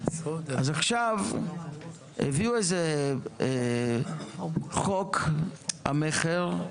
הביאו חוק המכר,